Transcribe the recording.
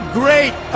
great